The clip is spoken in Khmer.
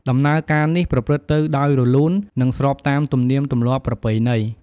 ដំណើរការនេះប្រព្រឹត្តទៅដោយរលូន និងស្របតាមទំនៀមទម្លាប់ប្រពៃណី។